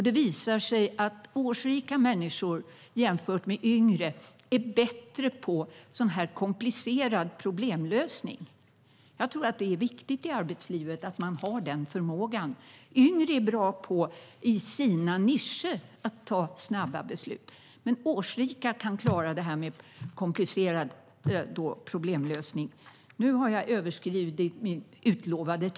Det visar sig att årsrika människor jämfört med yngre är bättre på komplicerad problemlösning. Det är viktigt i arbetslivet att man har den förmågan. Yngre är bra på att fatta snabba beslut inom sina nischer.